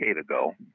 ago